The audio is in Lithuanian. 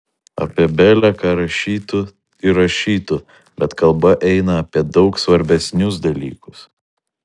apie bele ką rašytų ir rašytų bet kalba eina apie daug svarbesnius dalykus